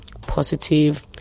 positive